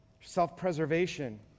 self-preservation